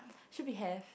should be have